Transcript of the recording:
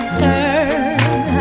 turn